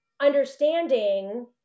understanding